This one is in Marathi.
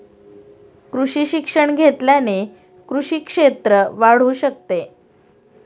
कृषी शिक्षण घेतल्याने कृषी क्षेत्र वाढू शकते